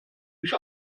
nicht